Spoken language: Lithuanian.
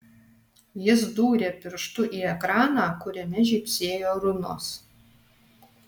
jis dūrė pirštu į ekraną kuriame žybsėjo runos